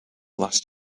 last